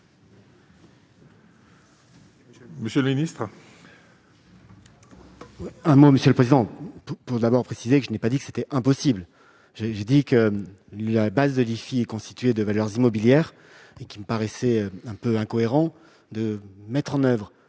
monsieur le ministre,